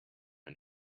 ein